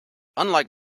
unlike